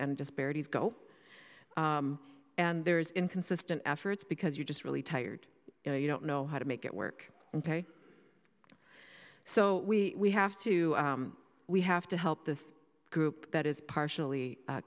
and disparities go and there's inconsistent efforts because you just really tired you know you don't know how to make it work and pay so we have to we have to help this group that is partially